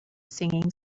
singing